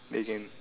they can